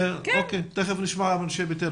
אוקיי, תיכף נשמע את אנשי 'בטרם'.